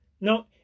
No